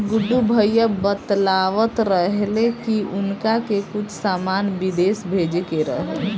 गुड्डू भैया बतलावत रहले की उनका के कुछ सामान बिदेश भेजे के रहे